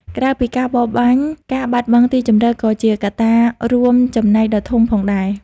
ក្រៅពីការបរបាញ់ការបាត់បង់ទីជម្រកក៏ជាកត្តារួមចំណែកដ៏ធំផងដែរ។